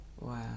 Wow